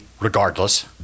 regardless